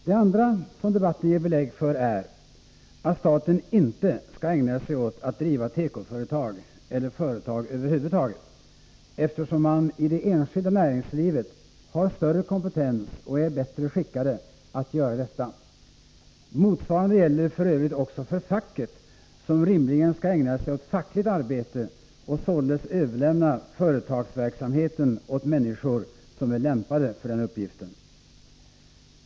Det andra som debatten ger belägg för är, att staten inte skall ägna sig åt att driva tekoföretag eller företag över huvud taget, eftersom man i det enskilda näringslivet har större kompetens och är bättre skickad att göra detta. Motsvarande gäller också för facket, som rimligen skall ägna sig åt fackligt arbete och således överlämna företagsverksamheten åt människor som är lämpade för den uppgiften.